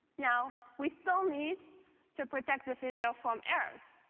now, we still need to protect the video from errors.